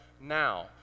now